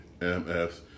MS